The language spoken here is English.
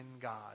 God